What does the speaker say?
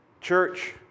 Church